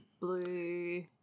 Blue